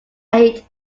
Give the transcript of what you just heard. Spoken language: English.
eight